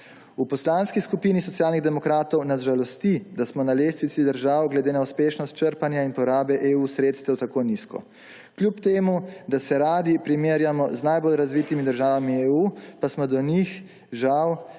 V Poslanski skupini Socialnih demokratov nas žalost, da smo na lestvici držav glede na uspešnost črpanja in porabe EU sredstev tako nizko. Kljub temu da se radi primerjamo z najbolj razvitimi državami EU, pa smo od njih, žal,